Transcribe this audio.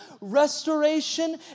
restoration